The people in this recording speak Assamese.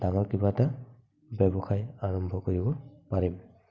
ডাঙৰ কিবা এটা ব্যৱসায় আৰম্ভ কৰিব পাৰিম